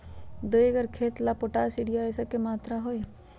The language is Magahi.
दो एकर खेत के ला पोटाश, यूरिया ये सब का मात्रा होई?